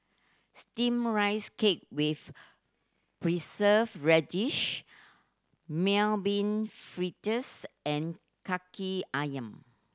steam rice cake with Preserved Radish Mung Bean Fritters and Kaki Ayam